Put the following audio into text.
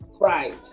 Right